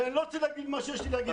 ואני לא רוצה להגיד מה שיש לי להגיד.